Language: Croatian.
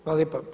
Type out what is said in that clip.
Hvala lijepa.